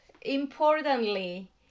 importantly